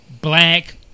black